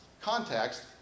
context